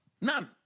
None